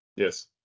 Yes